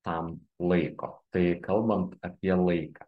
tam laiko tai kalbant apie laiką